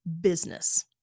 business